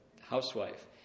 housewife